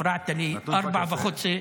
הפרעת לי --- קיבלת קפה?